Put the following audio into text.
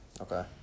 Okay